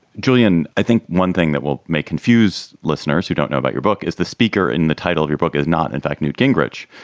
julian, i think one thing that will may confuse listeners who don't know about your book is the speaker in the title of your book is not, in fact, newt gingrich,